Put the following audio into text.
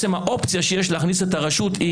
האופציה שיש היום להכניס את הרשות,